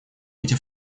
эти